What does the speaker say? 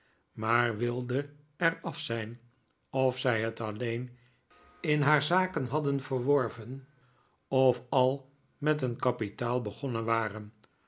maar wilde er af zijn of zij het alleen in haar zaken hadden verworven of al met een kapitaal begonnen waren